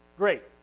great.